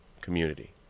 community